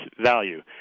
value